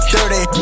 Dirty